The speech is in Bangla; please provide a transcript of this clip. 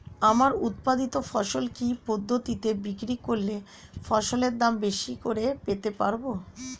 আমার উৎপাদিত ফসল কি পদ্ধতিতে বিক্রি করলে ফসলের দাম বেশি করে পেতে পারবো?